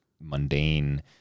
mundane